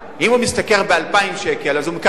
אם הוא משתכר 2,000 שקל, הוא מקבל.